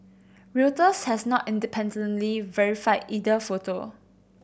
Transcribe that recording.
Reuters has not independently verified either photo